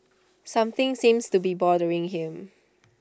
something seems to be bothering him